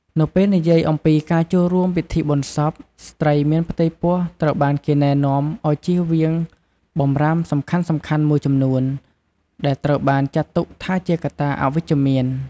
នៅពេលនិយាយអំពីការចូលរួមពិធីបុណ្យសព ស្ត្រីមានផ្ទៃពោះត្រូវបានគេណែនាំឲ្យជៀសវាងបម្រាមសំខាន់ៗមួយចំនួន ដែលត្រូវបានចាត់ទុកថាជាកត្តាអវិជ្ជមាន។